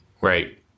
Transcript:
right